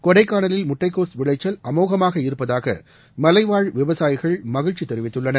கொடைக்கானலில் முட்டைகோஸ் விளைச்சல் அமோகமாக இருப்பதாக மலைவாழ் விவசாயிகள் மகிழ்ச்சி தெரிவித்துள்ளனர்